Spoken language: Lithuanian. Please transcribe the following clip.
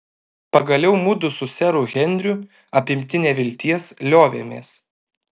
pagaliau mudu su seru henriu apimti nevilties liovėmės